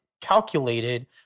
calculated